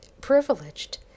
privileged